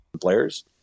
Players